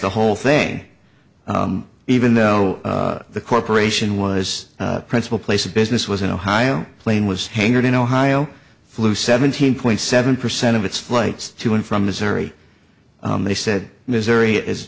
the whole thing even though the corporation was principal place of business was in ohio plain was hangared in ohio flew seventeen point seven percent of its flights to and from missouri they said missouri is